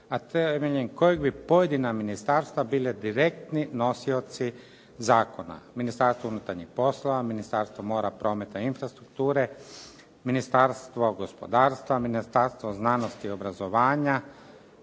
a temeljem kojeg bi pojedina ministarstva bili direktni nosioci zakona, Ministarstvo unutarnjih poslova, Ministarstvo mora, prometa i infrastrukture, Ministarstvo gospodarstva, Ministarstvo znanosti i obrazovanja,